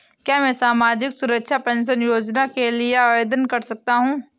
क्या मैं सामाजिक सुरक्षा पेंशन योजना के लिए आवेदन कर सकता हूँ?